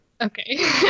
okay